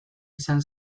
izan